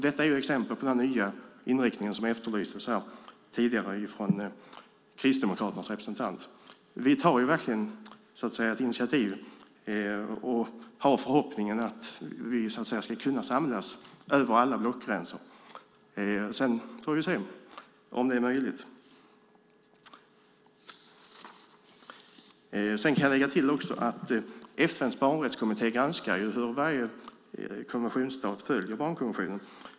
Detta är ett exempel på den nya inriktning som efterlysts tidigare av Kristdemokraternas representant. Vi tar ett initiativ och har förhoppningen att vi ska kunna samlas över alla blockgränser. Sedan får vi se om det är möjligt. Jag kan lägga till att FN:s barnrättskommitté granskar hur väl en konventionsstat följer barnkonventionen.